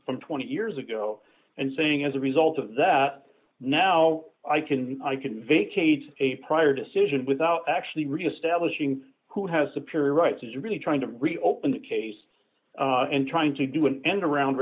from twenty years ago and saying as a result of that now i can i can vacate a prior decision without actually reestablishing who has the period rights is really trying to reopen the case and trying to do an end around